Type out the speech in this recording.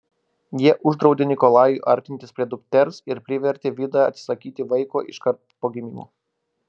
jie uždraudė nikolajui artintis prie dukters ir privertė vidą atsisakyti vaiko iš karto po gimdymo